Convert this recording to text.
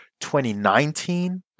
2019